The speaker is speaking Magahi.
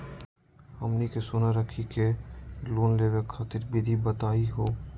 हमनी के सोना रखी के लोन लेवे खातीर विधि बताही हो?